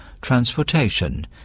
transportation